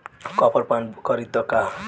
Copper पान करी त का करी?